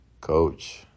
Coach